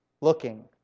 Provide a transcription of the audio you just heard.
looking